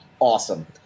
Awesome